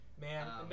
Man